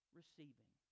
receiving